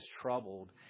troubled